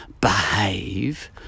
behave